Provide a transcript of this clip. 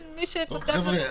הוא צריך לדעת שהוא בא מטיסה.